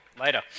later